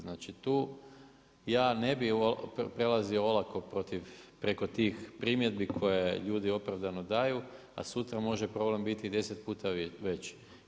Znači tu ja ne bi prelazio olako preko tih primjedbi koje ljudi opravdano daju a sutra može problem biti 10 šuta veći.